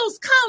come